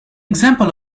example